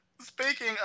speaking